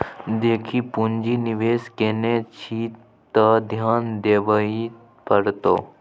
देखी पुंजी निवेश केने छी त ध्यान देबेय पड़तौ